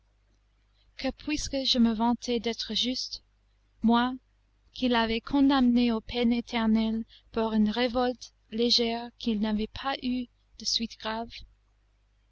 que puisque je me vantais d'être juste moi qui l'avais condamné aux peines éternelles pour une révolte légère qui n'avait pas eu de suites graves